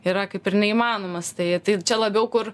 yra kaip ir neįmanomas tai tai čia labiau kur